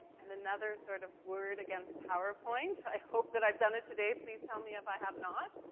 and another sort of word against powerpoint, i hope that i've done it today, please tell me if i have not,